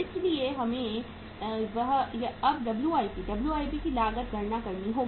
इसलिए हमें अब डब्ल्यूआईपी WIP लागत की गणना करनी होगी